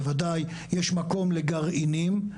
יש מקום לגרעינים.